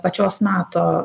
pačios nato